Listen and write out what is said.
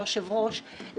היושב-ראש,